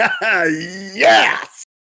Yes